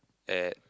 at